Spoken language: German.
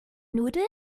nudeln